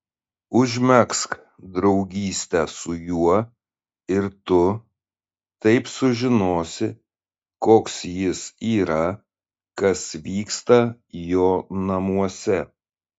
užmegzk draugystę su juo ir tu taip sužinosi koks jis yra kas vyksta jo namuose